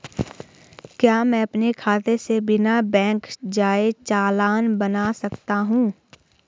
क्या मैं अपने खाते से बिना बैंक जाए चालान बना सकता हूँ?